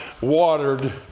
watered